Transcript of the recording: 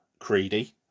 Creedy